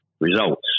results